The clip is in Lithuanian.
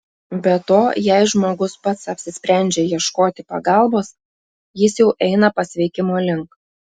be to jei žmogus pats apsisprendžia ieškoti pagalbos jis jau eina pasveikimo link